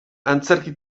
antzerki